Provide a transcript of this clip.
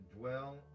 dwell